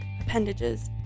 appendages